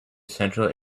central